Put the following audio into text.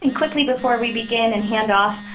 and quickly before we begin and handoff.